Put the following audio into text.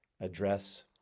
address